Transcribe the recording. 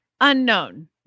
unknown